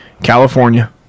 California